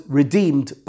redeemed